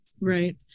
Right